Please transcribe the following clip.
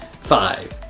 five